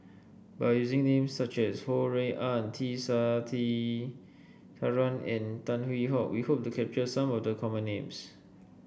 by using names such as Ho Rui An T and Tan Hwee Hock we hope to capture some of the common names